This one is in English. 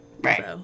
Right